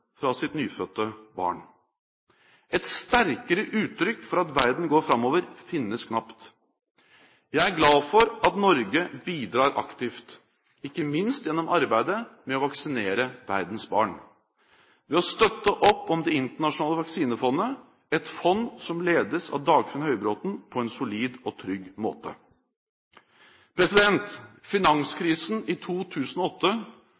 fra sitt nyfødte barn. Et sterkere uttrykk for at verden går framover finnes knapt. Jeg er glad for at Norge bidrar aktivt – ikke minst gjennom arbeidet med å vaksinere verdens barn – ved å støtte opp om Det internasjonale vaksinefondet, et fond som ledes av Dagfinn Høybråten på en solid og trygg måte.